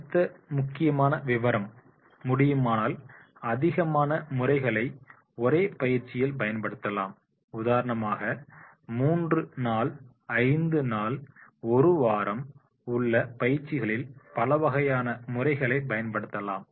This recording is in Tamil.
அடுத்த முக்கியமான விவரம் முடியுமானால் அதிகமான முறைகளை ஒரே பயிற்சியில் பயன்படுத்தலாம் உதாரணமாக மூன்று நாள் ஐந்து நாள் ஒரு வாரம் உள்ளே பயிற்சிகளில் பலவகையான முறைகளை பயன்படுத்தலாம்